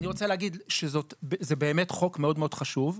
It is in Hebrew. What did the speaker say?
אני רוצה להגיד שזה באמת חוק מאוד מאוד חשוב,